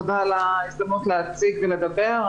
תודה על ההזדמנות להציג ולדבר.